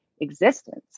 existence